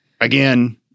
again